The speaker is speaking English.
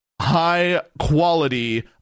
high-quality